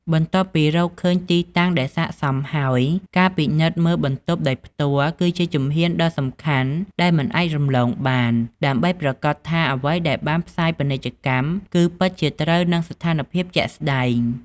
បន្ទាប់ពីរកឃើញទីតាំងដែលស័ក្តិសមហើយ ការពិនិត្យមើលបន្ទប់ដោយផ្ទាល់ គឺជាជំហានដ៏សំខាន់ដែលមិនអាចរំលងបាន ដើម្បីប្រាកដថាអ្វីដែលបានផ្សាយពាណិជ្ជកម្មគឺពិតជាត្រូវនឹងស្ថានភាពជាក់ស្តែង។